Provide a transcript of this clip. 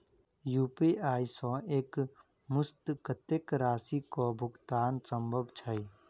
UPI सऽ एक मुस्त कत्तेक राशि कऽ भुगतान सम्भव छई?